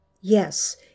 Yes